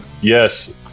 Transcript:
Yes